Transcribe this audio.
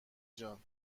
جان